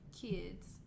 kids